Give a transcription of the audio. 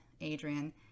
Adrian